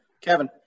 Kevin